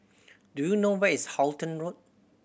do you know where is Halton Road